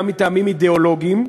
גם מטעמים אידיאולוגיים,